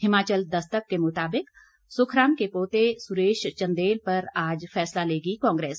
हिमाचल दस्तक के मुताबिक सुखराम के पोते सुरेश चंदेल पर आज फैसला लेगी कांग्रेस